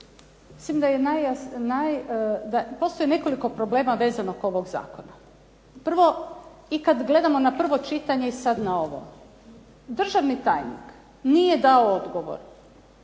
mislim da postoji nekoliko problema vezano oko ovog zakona. Prvo, i kad gledamo na prvo čitanje i sad na ovo, državni tajnik nije dao odgovor,